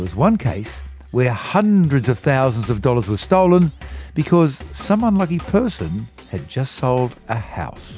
one case where hundreds of thousands of dollars were stolen because some unlucky person had just sold a house!